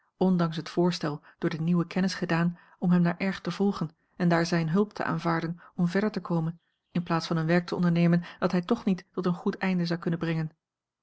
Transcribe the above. ondanks het voorstel door de nieuwe kennis gedaan om hem naar r te volgen en daar zijne hulp te aanvaarden om verder te komen in plaats van een werk te ondernemen dat hij toch niet tot een goed einde zou kunnen brengen